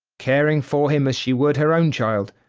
caring for him as she would her own child,